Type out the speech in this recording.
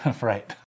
Right